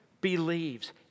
believes